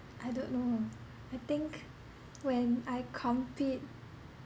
I don't know I think when I compete